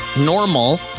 normal